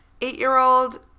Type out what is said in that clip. Eight-year-old